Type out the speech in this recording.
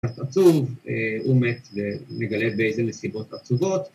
‫עצוב הוא מת ונגלה ‫באיזו נסיבות עצובות.